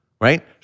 right